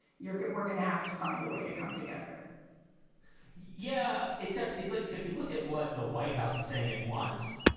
you're we're gonna have to find a way to come together yeah. except it's like if you look at what the white house is saying it wants.